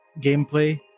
gameplay